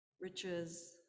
riches